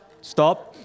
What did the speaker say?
Stop